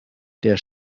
der